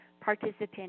participant